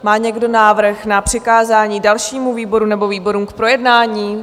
Má někdo návrh na přikázání dalšímu výboru nebo výborům k projednání?